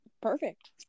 perfect